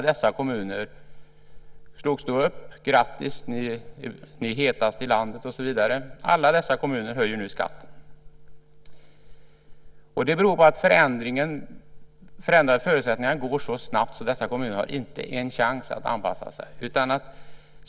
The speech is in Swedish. Det här slogs upp stort - grattis, ni är hetast i landet, och så vidare. Alla dessa kommuner höjer nu skatten. Det beror på att förändringarna i förutsättningar går så snabbt att dessa kommuner inte har en chans att anpassa sig.